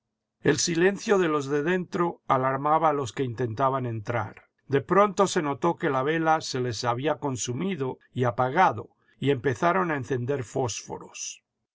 el silencio de los de dentro alarmaba a los que intentaban entrar de pronto se notó que la vela se les había consumido y apagado y empezaron a encender fósforos